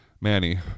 Manny